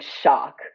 shock